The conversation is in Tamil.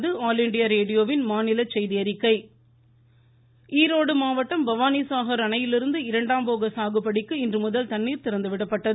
தண்ணீர் திறப்பு ஈரோடு மாவட்டம் பவானிசாஹர் அணையிலிருந்து இரண்டாம் போக சாகுபடிக்கு இன்றுமுதல் தண்ணீர் திறந்து விடப்பட்டது